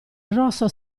rosso